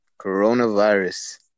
Coronavirus